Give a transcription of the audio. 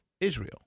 Israel